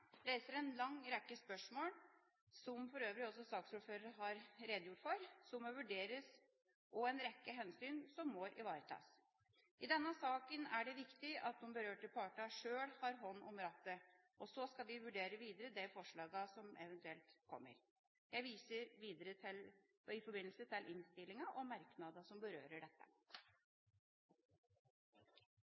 reiser en lang rekke spørsmål – som for øvrig også saksordføreren har redegjort for – som må vurderes, og som innebærer at en rekke hensyn må ivaretas. I denne saken er det viktig at de berørte partene sjøl har hånden på rattet. Så skal vi vurdere videre de forslagene som eventuelt kommer. Jeg viser i den forbindelse til innstillingen og merknadene som berører dette.